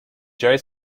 jerry